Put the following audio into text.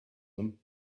them